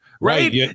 right